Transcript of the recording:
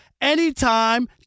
anytime